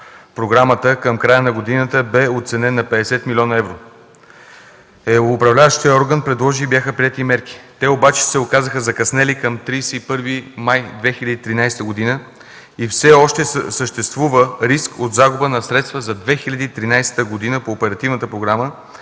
програмата към края на годината бе оценен на 50 млн. евро. Управляващият орган предложи и бяха приети мерки. Те обаче се оказаха закъснели към 31 май 2013 г. и все още съществува риск от загуба на средства за 2013 г., който по оперативната програма